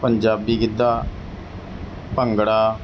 Punjabi Giddha bhangra